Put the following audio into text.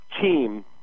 team